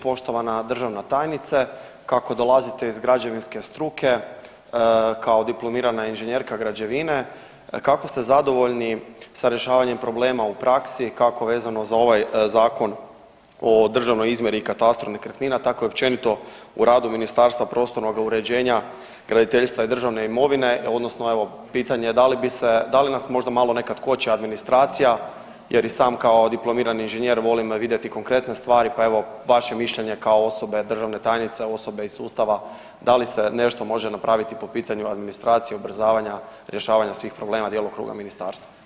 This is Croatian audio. Poštovana državna tajnice, kako dolazite iz građevinske struke kao diplomirana inženjerka građevine kako ste zadovoljni sa rješavanjem problema u praksi, kako vezano za ovaj Zakon o državnoj izmjeri i katastru nekretnina, tako i općenito u radu Ministarstva prostornoga uređenja, graditeljstva i državne imovine odnosno evo pitanje je da li bi se, da li nas možda malo nekad koče administracija jer i sam kao diplomirani inženjer volim vidjeti konkretne stvari, pa evo vaše mišljenje kao osobe državne tajnice, osobe iz sustava da li se nešto može napraviti po pitanju administracije i ubrzavanja rješavanja svih problema djelokruga ministarstva?